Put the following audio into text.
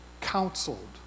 counseled